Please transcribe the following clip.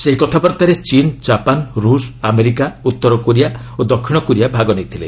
ସେହି କଥାବାର୍ତ୍ତାରେ ଚୀନ୍ ଜାପାନ୍ ରୁଷ ଆମେରିକା ଉତ୍ତର କୋରିଆ ଓ ଦକ୍ଷିଣ କୋରିଆ ଭାଗ ନେଇଥିଲେ